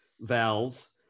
vowels